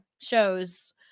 shows